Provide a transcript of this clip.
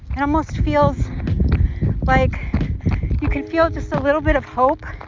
it almost feels like you can feel just a little bit of hope,